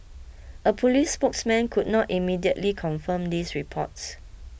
a police spokesman could not immediately confirm these reports